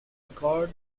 record